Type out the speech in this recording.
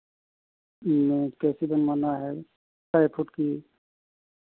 में कैसी बनवाना है कै फ़ुट की